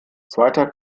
zweiter